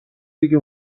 دیگه